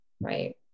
Right